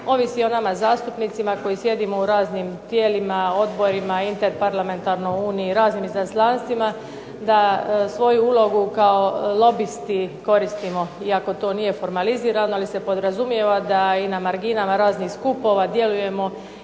ovisi o nama zastupnicima koji sjedimo u raznim tijelima, odborima, interparlamentarnoj uniji, raznim izaslanstvima, da svoju ulogu kao lobisti koristimo, iako to nije formalizirano ali se podrazumijeva i da na marginama raznih skupova djelujemo i